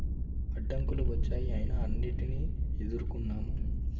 అడ్డంకులు వచ్చాయి అయినా అన్నిటిని ఎదుర్కొన్నాము